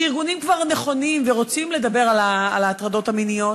שארגונים כבר נכונים ורוצים לדבר על ההטרדות המיניות.